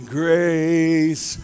grace